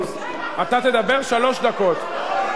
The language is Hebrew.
אתה תדבר שלוש דקות.